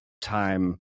time